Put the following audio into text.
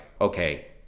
okay